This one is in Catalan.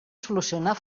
solucionar